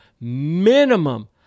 minimum